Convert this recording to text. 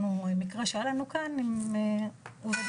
שמקרה שהיה לנו כאן עם עובדת כנסת.